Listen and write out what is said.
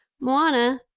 Moana